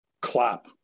clap